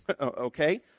Okay